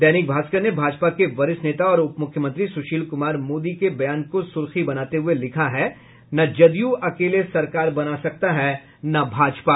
दैनिक भास्कर ने भाजपा के वरिष्ठ नेता और उपमुख्यमंत्री सुशील कुमार मोदी के बयान को सुर्खी बनाते हुये लिखा है न जदयू अकेले सरकार बना सकता है न भाजपा